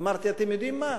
אמרתי: אתם יודעים מה?